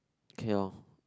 ya